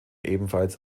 ebenfalls